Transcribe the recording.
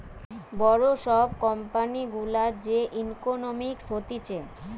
বড় সব কোম্পানি গুলার যে ইকোনোমিক্স হতিছে